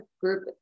group